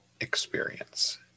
experience